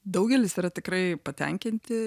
daugelis yra tikrai patenkinti